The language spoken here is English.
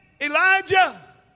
Elijah